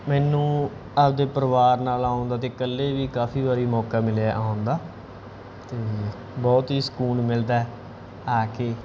ਮੈਨੂੰ ਆਪਣੇ ਪਰਿਵਾਰ ਨਾਲ ਆਉਣ ਦਾ ਅਤੇ ਇਕੱਲੇ ਵੀ ਕਾਫ਼ੀ ਵਾਰੀ ਮੌਕਾ ਮਿਲਿਆ ਆਉਣ ਦਾ ਅਤੇ ਬਹੁਤ ਹੀ ਸਕੂਨ ਮਿਲਦਾ ਆ ਕੇ